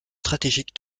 stratégique